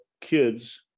kids